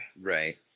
Right